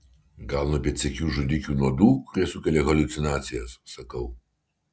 gal nuo pėdsekių žudikių nuodų kurie sukelia haliucinacijas sakau